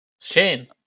Shane